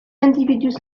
individus